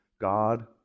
God